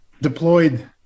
deployed